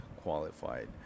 qualified